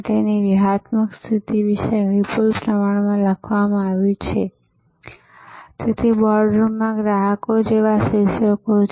તેથી તેઓ બહુવિધ ભોજનાલયમાંથી ખોરાક લે છે અને બહુવિધ ગ્રાહકોને પહોંચાડે છે